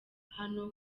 hano